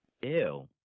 Ew